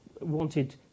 wanted